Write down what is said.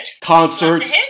concerts